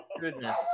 goodness